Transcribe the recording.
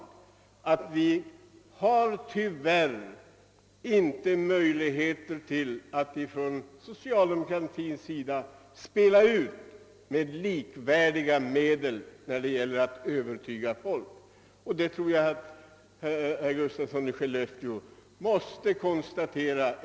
Socialdemokratin har tyvärr inte möjligheter att spela ut med likvärdiga resurser som de borgerliga när det gäller att övertyga folk. Det tror jag att även herr Gustafsson i Skellefteå måste konstatera.